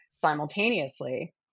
simultaneously